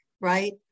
right